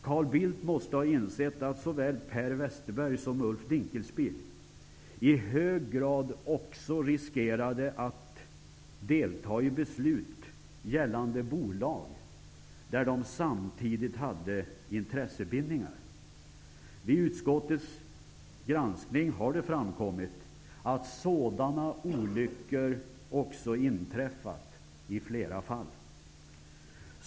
Carl Bildt måste ha insett att såväl Per Westerberg som Ulf Dinkelspiel i hög grad också riskerade att behöva delta i beslut gällande bolag där de samtidigt hade intressebindningar. Vid utskottets granskning har det framkommit att sådana olyckor också inträffat i flera fall.